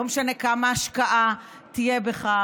לא משנה כמה השקעה תהיה בכך,